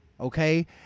okay